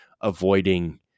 avoiding